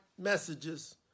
Messages